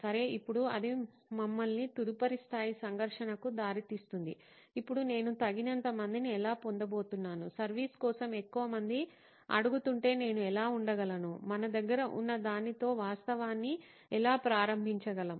సరే ఇప్పుడు అది మమ్మల్ని తదుపరి స్థాయి సంఘర్షణకు దారి తీస్తుంది ఇప్పుడు నేను తగినంత మందిని ఎలా పొందబోతున్నాను సర్వీస్ కోసం ఎక్కువ మంది అడుగుతుంటే నేను ఎలా ఉండగలను మన దగ్గర ఉన్న దానితోవాస్తవాన్ని ఎలా ప్రారంభించగలం